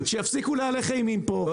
שיפסיקו להלך אימים פה,